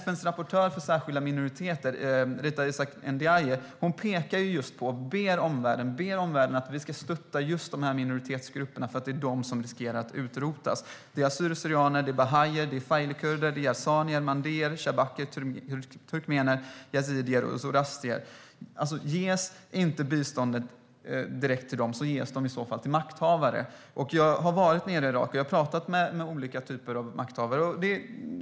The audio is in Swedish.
FN:s rapportör för särskilda minoriteter, Rita Izsák-Ndiaye, ber omvärlden att stötta just dessa minoritetsgrupper eftersom det är dessa som riskerar att utrotas. Det är assyrier/syrianer, bahaier, failikurder, yarzanier, mandéer, shabaker, turkmener, yazidier och zoroastrier. Ges inte biståndet direkt till dem ges det i så fall till makthavare. När jag har varit i Irak har jag talat med olika typer av makthavare.